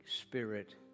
spirit